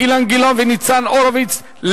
אילן גילאון וניצן הורוביץ,